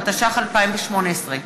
התשע"ח 2018,